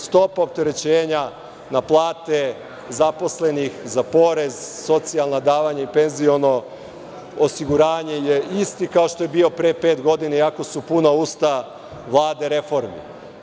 Stopa opterećenja na plate zaposlenih, za porez, socijalna davanja i penziono osiguranje je isti kao što je bio pre pet godina, iako su puna usta Vlade reformi.